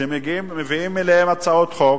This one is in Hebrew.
כשמביאים אליהם הצעות חוק,